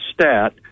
stat